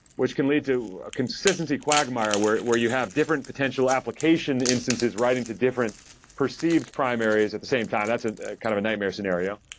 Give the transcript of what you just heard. which can lead to a consistency quagmire, where where you have different potential application instances writing to different perceived primaries at the same time. that's a kind of a nightmare scenario,